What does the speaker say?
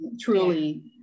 Truly